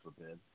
forbid